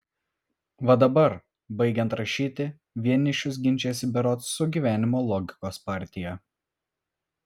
va dabar baigiant rašyti vienišius ginčijasi berods su gyvenimo logikos partija